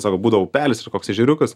sako būdavo upelis ir koks ežeriukas